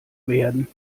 werden